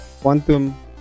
Quantum